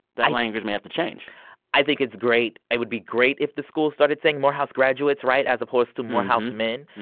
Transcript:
that language may have to change i think it's great it would be great if the school started saying morehouse graduates right? as opposed to morehouse men.